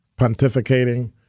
pontificating